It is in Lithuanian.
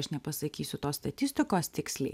aš nepasakysiu tos statistikos tiksliai